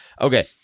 Okay